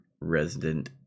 Resident